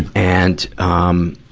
and, um,